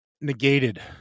negated